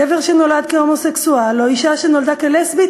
גבר שנולד הומוסקסואל או אישה שנולדה לסבית